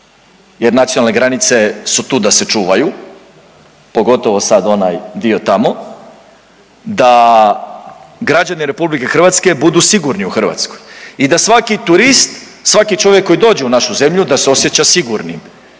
jer nacionalne granice su tu da se čuvaju pogotovo sad onaj dio tamo. Da građani Republike Hrvatske budu sigurni u Hrvatskoj i da svaki turist, svaki čovjek koji dođe u našu zemlju da se osjeća sigurnim.